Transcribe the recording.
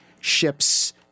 ships